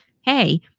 hey